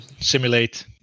simulate